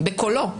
בקולו.